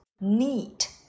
Neat